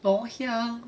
well here